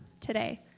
today